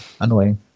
annoying